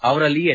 ಅವರಲ್ಲಿ ಎಚ್